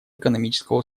экономического